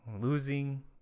losing